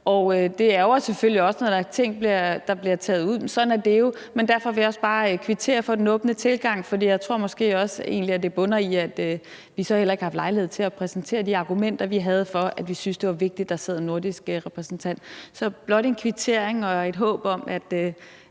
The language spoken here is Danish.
ud, men sådan er det jo. Men derfor vil jeg også bare kvittere for den åbne tilgang, for jeg tror måske også, at det her egentlig bunder i, at vi så heller ikke har haft lejlighed til at præsentere de argumenter, vi havde, for, at vi syntes, det var vigtigt, der sad en nordisk repræsentant. Så det er blot en kvittering og et håb om, at